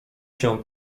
się